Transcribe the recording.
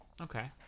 Okay